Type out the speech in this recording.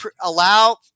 allow